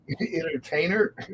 entertainer